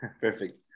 perfect